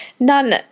None